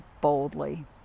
boldly